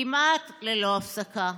כמעט ללא הפסקה.